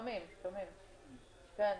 אדוני,